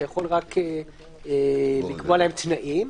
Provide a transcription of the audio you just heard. אתה יכול רק לקבוע להם תנאים.